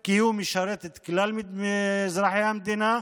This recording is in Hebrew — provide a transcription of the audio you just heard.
כי הוא משרת את כלל אזרחי המדינה,